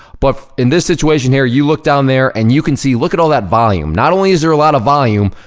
but in this situation here, you look down there and you can see, look at all that volume. not only is there a lot of volume,